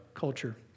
Culture